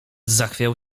zachwiał